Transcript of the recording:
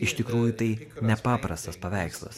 iš tikrųjų tai nepaprastas paveikslas